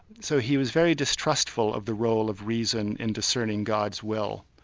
so he was very distrustful of the role of reason in discerning god's will.